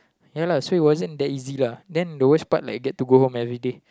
ya lah so it wasn't that easy lah then the worst part like get to go home every day